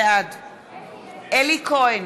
בעד אלי כהן,